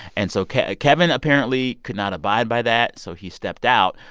and so kevin kevin apparently could not abide by that, so he stepped out.